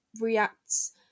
reacts